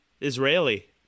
Israeli